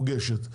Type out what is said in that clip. שמוגשת,